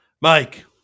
Mike